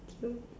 K